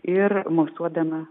ir mosuodama